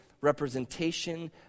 representation